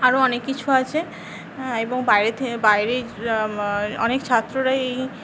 আরো অনেক কিছু আছে এবং বাইরে থেকে বাইরে অনেক ছাত্ররাই এই